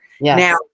Now